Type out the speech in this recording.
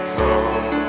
come